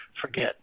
forget